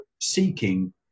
seeking